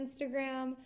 Instagram